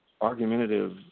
argumentative